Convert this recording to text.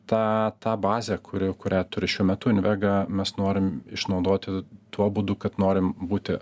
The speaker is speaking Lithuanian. tą tą bazę kuri kurią turi šiuo metu invega mes norim išnaudoti tuo būdu kad norim būti